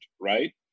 right